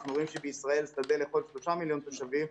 אנחנו רואים שבישראל שדה לכל שלושה מיליון תושבים,